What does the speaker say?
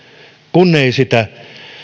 kun ei sitä